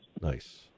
Nice